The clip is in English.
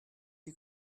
you